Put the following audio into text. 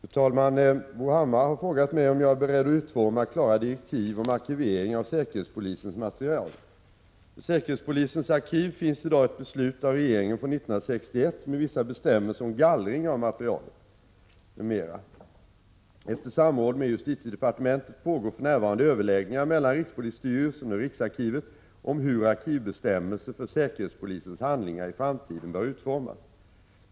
Fru talman! Bo Hammar har frågat mig om jag är beredd att utforma klara direktiv om arkivering av säkerhetspolisens material. För säkerhetspolisens arkiv finns i dag ett beslut av regeringen från 1961 med vissa bestämmelser om gallring av materialet m.m. Efter samråd med justitiedepartementet pågår för närvarande överläggningar mellan rikspo lisstyrelsen och riksarkivet om hur arkivbestämmelser för säkerhetspolisens handlingar i framtiden bör utformas.